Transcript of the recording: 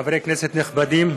חברי כנסת נכבדים,